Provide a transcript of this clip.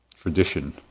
tradition